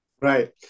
Right